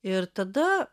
ir tada